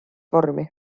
vormi